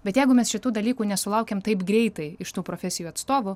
bet jeigu mes šitų dalykų nesulaukiam taip greitai iš tų profesijų atstovų